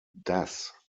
das